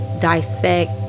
dissect